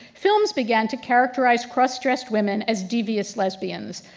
films began to characterize cross dressed women as devious lesbians.